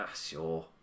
sure